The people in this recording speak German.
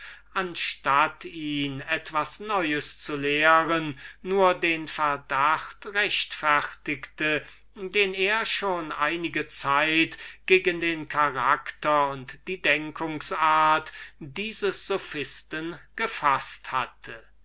anstatt ihn etwas zu lehren nur den verdacht rechtfertigte den er schon einige zeit gegen den charakter und die denkungsart dieses sophisten gefaßt hatte